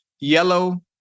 yellow